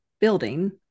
building